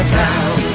town